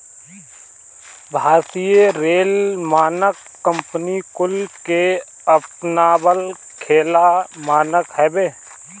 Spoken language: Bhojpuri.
भारतीय लेखा मानक कंपनी कुल के अपनावल लेखा मानक हवे